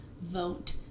Vote